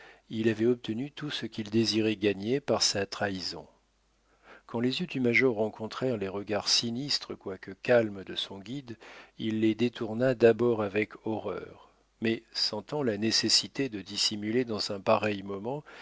il avait obtenu tout ce qu'il désirait gagner par sa trahison quand les yeux du major rencontrèrent les regards sinistres quoique calmes de son guide il les détourna d'abord avec horreur mais sentant la nécessité de dissimuler dans un pareil moment